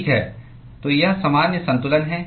ठीक है तो यह सामान्य संतुलन है